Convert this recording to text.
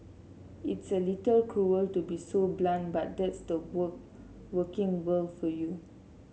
it's a little cruel to be so blunt but that's the work working world for you